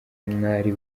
mwari